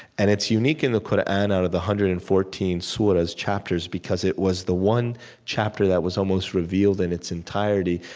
and it's unique in the qur'an out of the one hundred and fourteen surahs, chapters, because it was the one chapter that was almost revealed in its entirety.